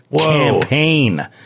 campaign